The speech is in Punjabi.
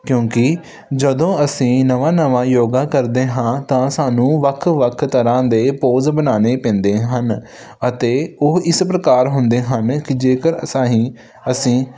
ਕਿਉਂਕਿ ਜਦੋਂ ਅਸੀਂ ਨਵਾਂ ਨਵਾਂ ਯੋਗਾ ਕਰਦੇ ਹਾਂ ਤਾਂ ਸਾਨੂੰ ਵੱਖ ਵੱਖ ਤਰ੍ਹਾਂ ਦੇ ਪੋਜ ਬਣਾਉਣੇ ਪੈਂਦੇ ਹਨ ਅਤੇ ਉਹ ਇਸ ਪ੍ਰਕਾਰ ਹੁੰਦੇ ਹਨ ਕਿ ਜੇਕਰ ਅਸਾਹੀ ਅਸੀਂ